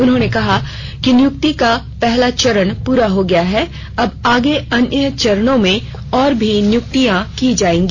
उन्होंने कहा कि नियुक्ति का पहला चरण पूरा हो गया है अब आगे अन्य चरणों में और भी नियुक्तियां की जाएँगी